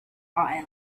oil